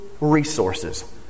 resources